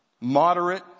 moderate